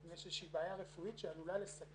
אם יש איזושהי בעיה רפואית שעלולה לסכן